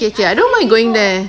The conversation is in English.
okay I don't mind going there